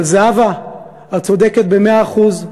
אבל, זהבה, את צודקת במאה אחוז.